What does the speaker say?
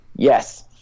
yes